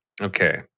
Okay